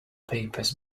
papers